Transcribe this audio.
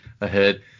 ahead